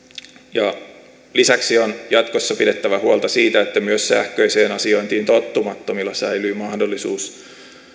lisäksi on jatkossa pidettävä huolta siitä että myös sähköiseen asiointiin tottumattomilla säilyy mahdollisuus